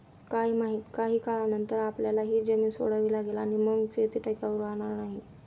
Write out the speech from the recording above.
काय माहित, काही काळानंतर आपल्याला ही जमीन सोडावी लागेल आणि मग शेती टिकाऊ राहणार नाही